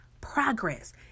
progress